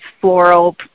floral